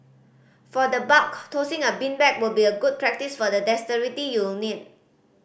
for the bulk tossing a beanbag would be good practice for the dexterity you'll need